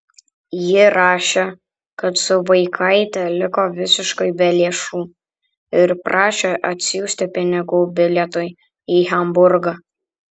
ji rašė kad su vaikaite liko visiškai be lėšų ir prašė atsiųsti pinigų bilietui į hamburgą